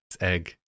Egg